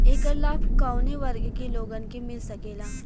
ऐकर लाभ काउने वर्ग के लोगन के मिल सकेला?